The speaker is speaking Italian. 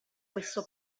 questo